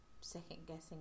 second-guessing